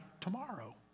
tomorrow